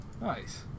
nice